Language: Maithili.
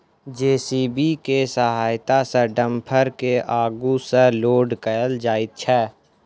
जे.सी.बी के सहायता सॅ डम्फर के आगू सॅ लोड कयल जाइत छै